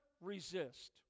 resist